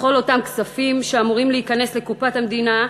בכל אותם כספים שאמורים להיכנס לקופת המדינה,